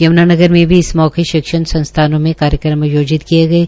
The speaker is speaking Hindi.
यम्नानगर मे भी इस मौके पर शिक्षण संस्थानों में कार्यक्रम आयोजित किये गये